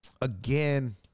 again